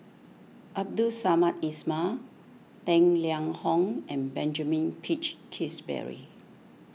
Abdul Samad Ismail Tang Liang Hong and Benjamin Peach Keasberry